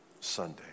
Sunday